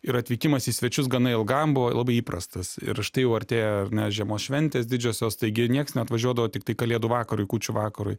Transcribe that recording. ir atvykimas į svečius gana ilgam buvo labai įprastas ir štai jau artėja ar ne žiemos šventės didžiosios taigi nieks neatvažiuodavo tiktai kalėdų vakarui kūčių vakarui